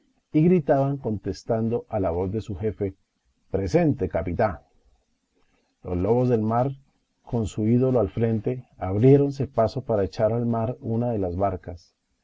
y gritaban contestando a la voz de su jefe presente capitá los lobos de mar con su ídolo al frente abriéronse paso para echar al mar una de las barcas